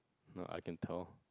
no I can tell